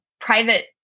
private